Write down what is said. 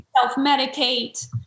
self-medicate